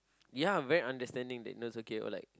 ya I'm very understanding date nose okay or like